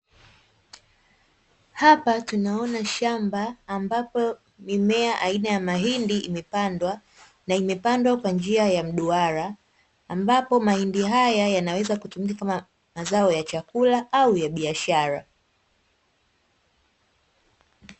Hapa tunaona shamba ambapo mimea aina ya mahindi imepandwa, na imepandwa kwa njia ya mduara, ambapo mahindi haya yanaweza kutumika kama mazao ya chakula au ya biashara.